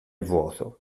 vuoto